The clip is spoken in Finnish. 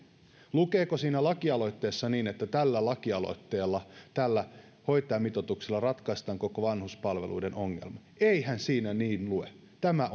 lukeeko siinä lakialoitteessa niin että tällä lakialoitteella tällä hoitajamitoituksella ratkaistaan koko vanhuspalveluiden ongelma eihän siinä niin lue tämä